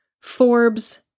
Forbes